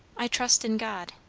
i trust in god.